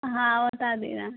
हाँ बता देना